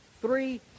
three